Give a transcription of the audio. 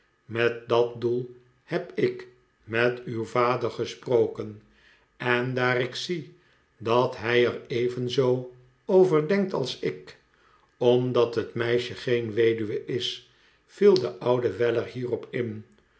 met dat doel heb ik met uw vader gesproken en daar ik zie dat hij er evenzoo over denkt als ik omdat het meisje geen weduwe is viel de oude weller hierop in